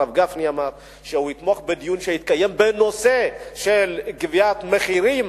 הרב גפני אמר שהוא יתמוך בדיון שיתקיים בנושא של קביעת מחירים,